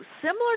similar